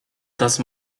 das